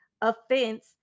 offense